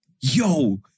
Yo